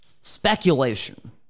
speculation